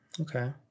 Okay